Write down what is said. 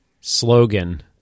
slogan